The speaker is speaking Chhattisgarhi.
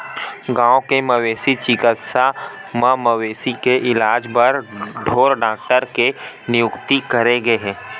गाँव के मवेशी चिकित्सा म मवेशी के इलाज बर ढ़ोर डॉक्टर के नियुक्ति करे गे हे